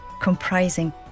comprising